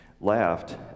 laughed